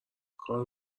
کارو